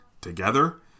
together